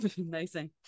Amazing